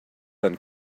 than